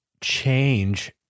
change